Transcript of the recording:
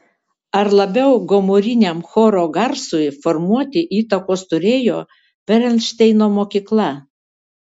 ar labiau gomuriniam choro garsui formuoti įtakos turėjo perelšteino mokykla